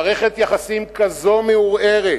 מערכת יחסים כזו מעורערת,